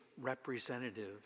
representative